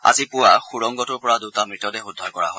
আজি পুৱা সুৰংগটোৰ পৰা দূটা মৃতদেহ উদ্ধাৰ কৰা হয়